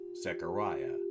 Zechariah